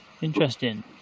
Interesting